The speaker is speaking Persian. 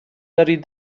دارید